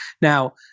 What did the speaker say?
Now